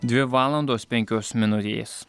dvi valandos penkios minutės